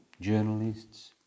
journalists